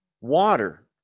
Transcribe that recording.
water